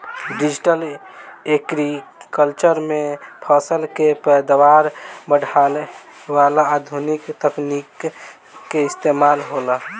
digital agriculture में फसल के पैदावार बढ़ावे ला आधुनिक तकनीक के इस्तमाल होला